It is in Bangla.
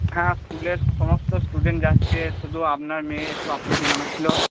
হ্যাঁ স্কুলের সমস্ত স্টুডেন্ট যাচ্ছে শুধু আপনার মেয়ে একটু আপত্তি জানাচ্ছিল